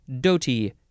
Doti